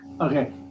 Okay